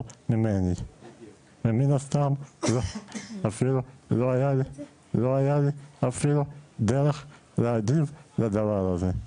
ממני ומן הסתם אפילו לא היה לי דרך להגיב לדבר הזה.